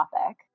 topic